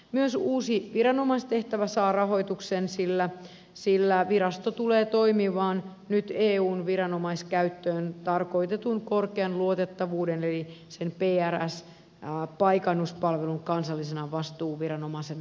myös uusi viranomaistehtävä saa rahoituksen sillä virasto tulee toimimaan nyt eun viranomaiskäyttöön tarkoitetun korkean luotettavuuden eli sen prs paikannuspalvelun kansallisena vastuuviranomaisena